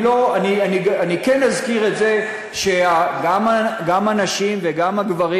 אני כן אזכיר את זה שגם הנשים וגם הגברים